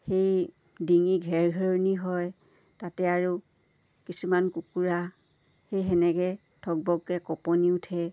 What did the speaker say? সেই ডিঙি ঘেৰ ঘেৰণি হয় তাতে আৰু কিছুমান কুকুৰা সেই সেনেকৈ ঠগবকে কপনি উঠে